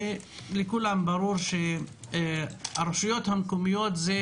לכולם ברור שהרשויות המקומיות הן